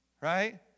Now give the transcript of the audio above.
right